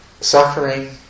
suffering